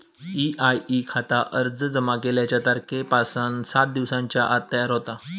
EIE खाता अर्ज जमा केल्याच्या तारखेपासना सात दिवसांच्या आत तयार होता